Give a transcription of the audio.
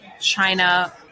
China